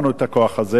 ולכן, אנחנו,